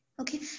Okay